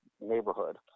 neighborhood